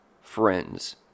friends